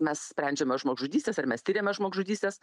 mes sprendžiame žmogžudystes ar mes tiriame žmogžudystes